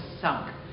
sunk